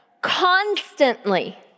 constantly